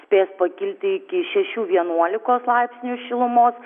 spės pakilti iki šešių vienuolikos laipsnių šilumos